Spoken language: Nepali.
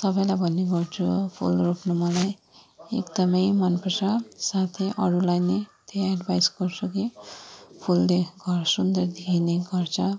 सबैलाई भन्ने गर्छु हो फुल रोप्नु मलाई एकदमै मनपर्छ साथै अरूलाई नै त्यहीँ एड्भाइस गर्छु कि फुलले घर सुन्दर देखिने गर्छ